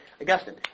Augustine